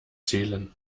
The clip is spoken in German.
zählen